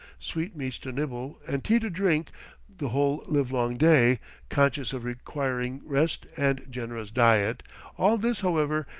sweetmeats to nibble and tea to drink the whole livelong day conscious of requiring rest and generous diet all this, however,